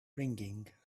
ringing